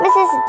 Mrs